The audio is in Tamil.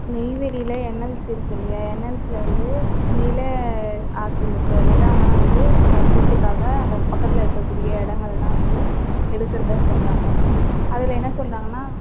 நெய்வேலியில் என்எல்சி இருக்கில்ல என்எல்சியில வந்து நில ஆக்கிரமிப்பு நிலம்லாம் வந்து என்எல்சி காக அங்கே பக்கத்தில் இருக்கக்கூடிய இடங்கள்லாம் வந்து எடுக்குறதாக சொல்றாங்கள் அதில் என்ன சொல்றாங்கன்னா